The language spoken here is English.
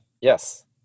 Yes